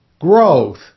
growth